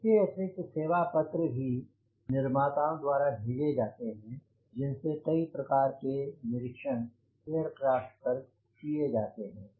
इसके अतिरिक्त सेवा पत्र भी भी निर्माताओं द्वारा भेजे जाते हैं जिनसे कई प्रकार के निरीक्षण एयरक्राफ़्ट पर किये जाते हैं